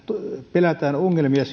pelätään niitä ongelmia